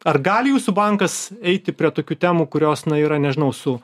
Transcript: ar gali jūsų bankas eiti prie tokių temų kurios na yra nežinau su